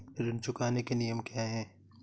ऋण चुकाने के नियम क्या हैं?